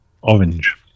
orange